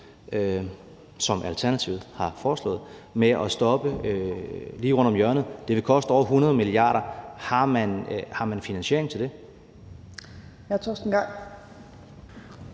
som Alternativet har foreslået, med at stoppe lige rundt om hjørnet, vil koste over 100 mia. kr. Har man finansiering til det?